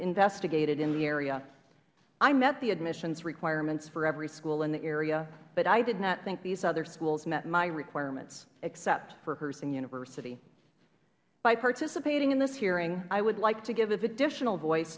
investigated in the area i met the admissions requirements for every school in the area but i did not think these other schools met my requirements except for herzing university by participating in this hearing i would like to give